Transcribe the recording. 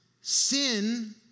Sin